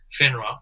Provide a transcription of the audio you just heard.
FINRA